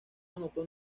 anotó